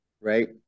right